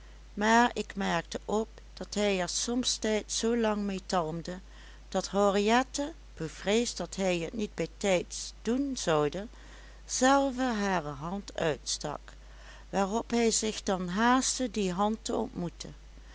maar ik merkte op dat hij er somtijds zoo lang mee talmde dat henriette bevreesd dat hij het niet bij tijds doen zoude zelve hare hand uitstak waarop hij zich dan haastte die hand te ontmoeten